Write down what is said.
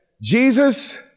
Jesus